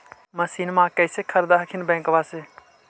मसिनमा कैसे खरीदे हखिन बैंकबा से?